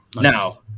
now